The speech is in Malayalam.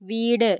വീട്